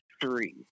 three